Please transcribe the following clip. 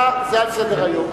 זה על סדר-היום.